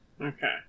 Okay